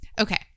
okay